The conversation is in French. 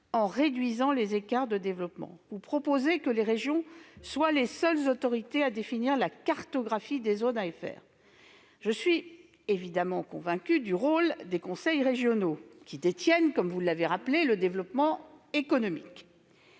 la réduction des écarts de développement. Vous proposez que les régions soient les seules autorités à en définir la cartographie. Je suis évidemment convaincue du rôle des conseils régionaux, qui détiennent, comme vous l'avez rappelé, la compétence